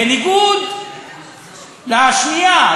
בניגוד לשנייה,